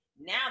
Now